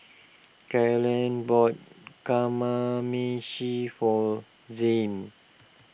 Carlene bought Kamameshi for Zain